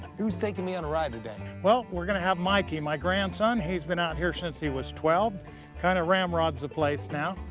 who's taking me on a ride today? well, we're going to have mikey, my grandson. he's been out here since he was twelve and kind of ramrods the place now.